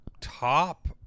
top